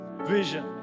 vision